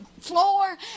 floor